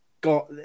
got